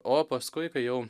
o paskui kai jau